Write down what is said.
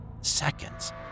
seconds